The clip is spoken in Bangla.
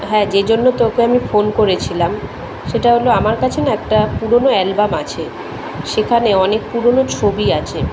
হ্যাঁ যে জন্য তোকে আমি ফোন করেছিলাম সেটা হল আমার কাছে না একটা পুরনো অ্যালবাম আছে সেখানে অনেক পুরনো ছবি আছে